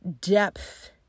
depth